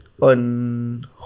on